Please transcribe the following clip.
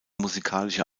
musikalische